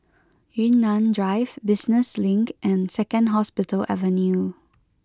Yunnan Drive Business Link and Second Hospital Avenue